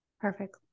Perfect